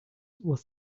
were